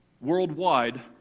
worldwide